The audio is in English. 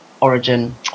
origin